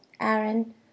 Aaron